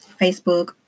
Facebook